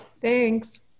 Thanks